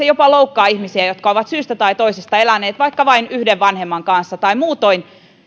jopa loukkaa ihmisiä jotka ovat syystä tai toisesta eläneet vaikka vain yhden vanhemman kanssa tai muutoin